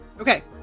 Okay